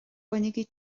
bainigí